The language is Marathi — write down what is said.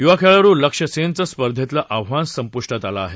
युवा खेळाडू लक्ष्य सेनचं स्पर्धेतलं आव्हान संप्टात आलं आहे